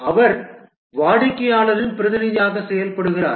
அவர் வாடிக்கையாளரின் பிரதிநிதியாக செயல்படுகிறார்